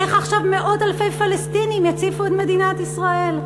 איך עכשיו מאות אלפי פלסטינים יציפו את מדינת ישראל.